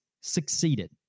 succeeded